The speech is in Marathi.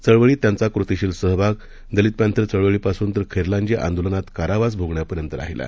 चळवळीत त्यांचा कृतिशील सहभाग दलित पँथर चळवळीपासून तर खैरलांजी आंदोलनात कारावास भोगण्यापर्यंत राहिला